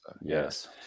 Yes